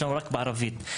רק בערבית.